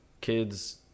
Kids